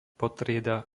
podtrieda